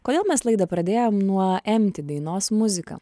kodėl mes laidą pradėjome nuo empti dainos muzika